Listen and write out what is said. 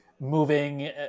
moving